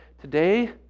Today